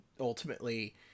ultimately